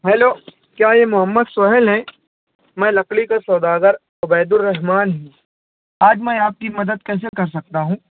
hello کیا یہ محمد سہیل ہیں میں لکڑی کا سوداگر عبید الرحمن ہوں آج میں آپ کی مدد کیسے کر سکتا ہوں